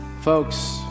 Folks